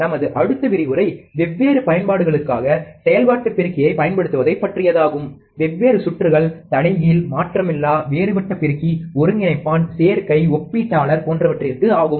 நமது அடுத்த விரிவுரை வெவ்வேறு பயன்பாடுகளுக்காக செயல்பாட்டு பெருக்கியைப் பயன்படுத்துவதைக் பற்றியதாகும் வெவ்வேறு சுற்றுகள் தலைகீழ் மாற்றமிலா வேறுபட்ட பெருக்கி ஒருங்கிணைப்பான் சேர்க்கை ஒப்பீட்டாளர் போன்றவற்றிற்கு ஆகும்